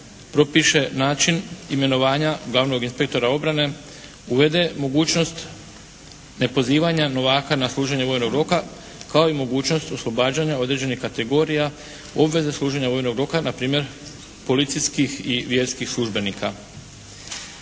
propiše način imenovanja glavnog inspektora obrane, uvede mogućnost nepozivanja na služenje vojnog roka kao i mogućnost oslobađanja određenih kategorija, obveze služenja vojnog roka na primjer policijskih i vjerskih službenika.